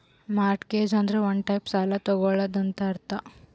mortgage ಅಂದುರ್ ಒಂದ್ type ಸಾಲ ತಗೊಳದಂತ್ ಅರ್ಥ